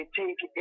take